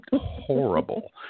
horrible